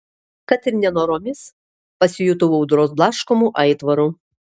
kad ir nenoromis pasijutau audros blaškomu aitvaru